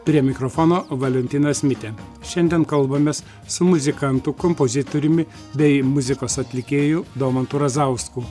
prie mikrofono valentinas mitė šiandien kalbamės su muzikantu kompozitoriumi bei muzikos atlikėju domantu razausku